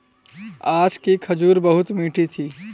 आज की खजूर बहुत मीठी थी